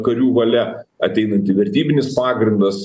karių valia ateinanti vertybinis pagrindas